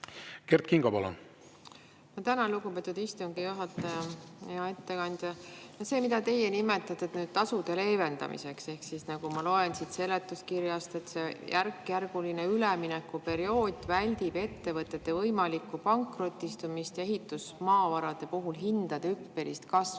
Kert Kingo, palun! Ma tänan, lugupeetud istungi juhataja! Hea ettekandja! Seda, mida teie nimetate tasude leevendamiseks, ehk nagu ma loen siit seletuskirjast, et järkjärguline üleminekuperiood väldib ettevõtete võimalikku pankrotistumist ja ehitusmaavarade puhul hindade hüppelist kasvamist,